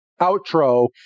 Outro